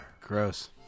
Gross